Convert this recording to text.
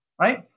right